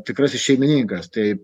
tikrasis šeimininkas tai